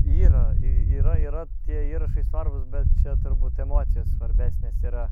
yra yra yra tie įrašai svarbūs bet čia turbūt emocijos svarbesnės yra